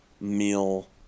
meal